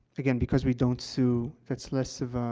again, because we don't sue, it's less of, ah